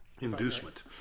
inducement